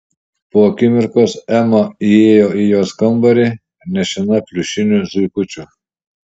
po akimirkos ema įėjo į jos kambarį nešina pliušiniu zuikučiu